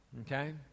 okay